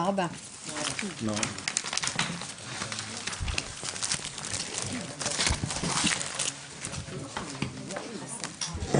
הישיבה ננעלה בשעה 14:44.